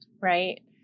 Right